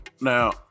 Now